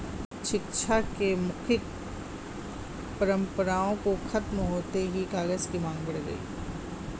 शिक्षा की मौखिक परम्परा के खत्म होते ही कागज की माँग बढ़ गई